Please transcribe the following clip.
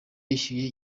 yishyuye